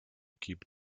keep